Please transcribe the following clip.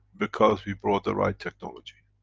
because we brought the right technology.